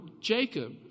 Jacob